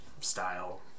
style